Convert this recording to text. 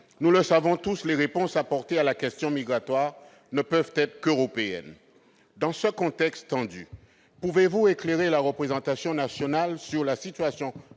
nous le savons tous, les réponses apportées à la question migratoire ne peuvent qu'être européennes. Dans ce contexte tendu, pouvez-vous éclairer la représentation nationale sur la situation